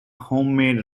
homemade